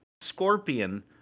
scorpion